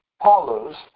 Paulus